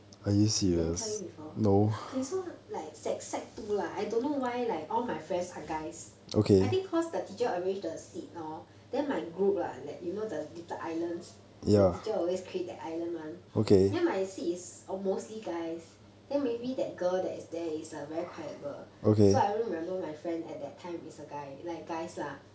did I tell you before okay so like sec sec two lah I don't know why like all my friends are guys I think cause the teacher arrange the seat hor then my group lah you know the the islands the teacher always create the island one then my seats is mostly guys then maybe that girl that is there is a very quiet girl so I only remember my friend at that time is a guy like guys lah